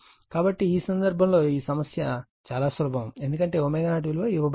కాబట్టి ఈ సందర్భంలో ఈ సమస్య చాలా సులభం ఎందుకంటే ω0 విలువ ఇవ్వబడింది